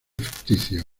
ficticio